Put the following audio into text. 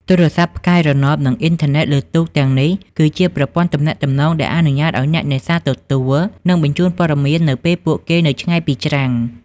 ទូរស័ព្ទផ្កាយរណប និងអ៊ីនធឺណិតលើទូក ទាំងនេះគឺជាប្រព័ន្ធទំនាក់ទំនងដែលអនុញ្ញាតឲ្យអ្នកនេសាទទទួល និងបញ្ជូនព័ត៌មាននៅពេលពួកគេនៅឆ្ងាយពីច្រាំង។